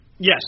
Yes